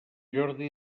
jordi